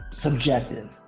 subjective